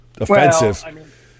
offensive